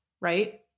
right